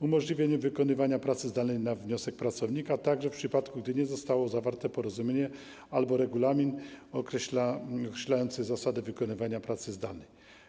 Umożliwia się wykonywanie pracy zdalnej na wniosek pracownika także w przypadku, gdy nie zostało zawarte porozumienie albo nie ma regulaminu określającego zasady wykonywania pracy zdalnej.